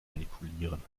manipulieren